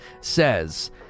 says